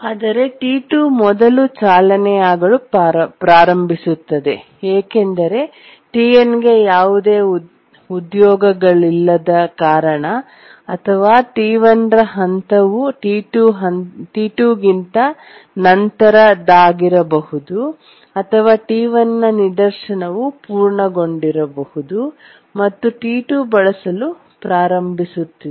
ಆದರೆ T2 ಮೊದಲು ಚಾಲನೆಯಾಗಲು ಪ್ರಾರಂಭಿಸುತ್ತದೆ ಏಕೆಂದರೆ T1 ಗೆ ಯಾವುದೇ ಉದ್ಯೋಗಗಳಿಲ್ಲದ ಕಾರಣ ಅಥವಾ T1 ರ ಹಂತವು T2 ಗಿಂತ ನಂತರದದ್ದಾಗಿರಬಹುದು ಅಥವಾ T1 ನ ನಿದರ್ಶನವು ಪೂರ್ಣಗೊಂಡಿರಬಹುದು ಮತ್ತು T2 ಬಳಸಲು ಪ್ರಾರಂಭಿಸುತ್ತಿದೆ